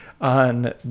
on